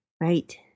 Right